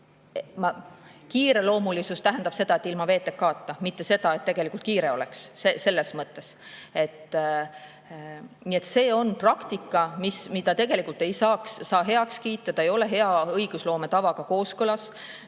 Kiireloomulisus tähendab seda, et see on ilma VTK‑ta, mitte seda, et tegelikult kiire oleks, selles mõttes. See on praktika, mida tegelikult ei saa heaks kiita, see ei ole hea õigusloome tavaga kooskõlas.